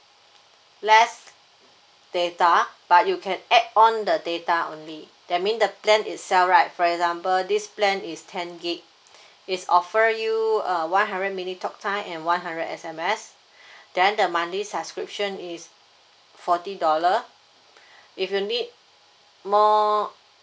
less data but you can add on the data only that mean the plan itself right for example this plan is ten gig is offer you err one hundred minute talk time and one hundred S_M_S then the monthly subscription is forty dollar if you need more